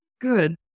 good